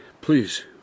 Please